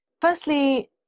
Firstly